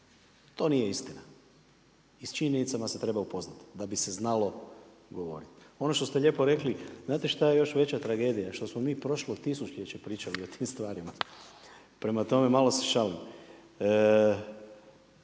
To nije istina i s činjenicama se treba upoznati da bi se znalo govoriti. Ono što ste lijepo rekli znate šta je još veća tragedija? Što smo mi prošlo tisućljeće pričali o tim stvarima, prema tome. Malo se šalim!